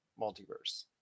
multiverse